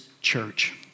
church